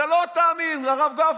אתה לא תאמין, הרב גפני: